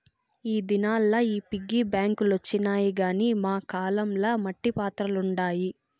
ఈ దినాల్ల ఈ పిగ్గీ బాంక్ లొచ్చినాయి గానీ మా కాలం ల మట్టి పాత్రలుండాయి